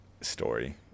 story